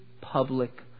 public